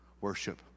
worship